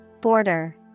Border